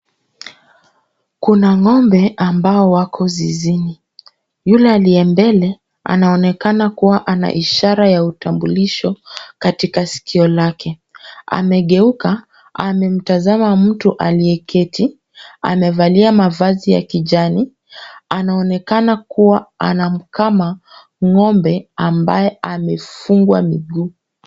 Kuna ng'ombe mbao wako zizizni. Yule aliye mbele anaonekana kuwa ana ishara ya utambulisho katika sikio lake. Amegeuka, amemtazama mtu aliyeketi. Amevalia mavazi ya kijani, anaonekana kuwa anamkama ng'ombe ambaye amefungwa miguu.